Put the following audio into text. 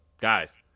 guys